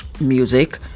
music